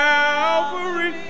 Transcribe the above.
Calvary